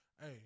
hey